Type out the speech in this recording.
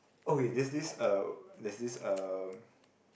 oh wait this this uh there is um